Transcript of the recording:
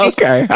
Okay